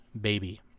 Baby